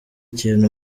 kintu